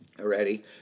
already